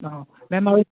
ma'am আৰু